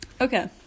Okay